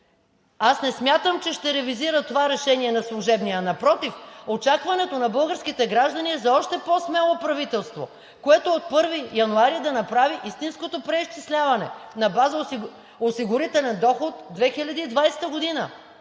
не смятам, че ще ревизира това решение на служебния. Напротив, очакването на българските граждани е за още по-смело правителство, което от 1 януари да направи истинското преизчисляване на база осигурителен доход 2020 г.,